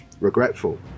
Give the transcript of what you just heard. regretful